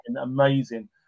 amazing